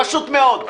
פשוט מאוד.